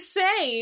say